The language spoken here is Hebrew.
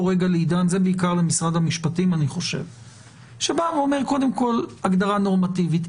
אני חושב שזה בעיקר למשרד המשפטים בא ואומר שקודם כל הגדרה נורמטיבית.